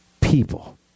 people